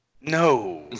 No